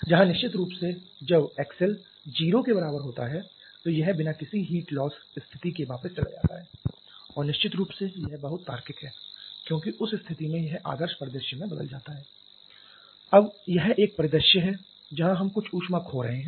जहां निश्चित रूप से जब xL 0 के बराबर होता है तो यह बिना किसी हीट लॉस स्थिति के वापस चला जाता है और निश्चित रूप से यह बहुत तार्किक है क्योंकि उस स्थिति में यह आदर्श परिदृश्य में बदल जाता है अब यह एक परिदृश्य है जहां हम कुछ ऊष्मा खो रहे हैं